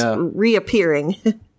reappearing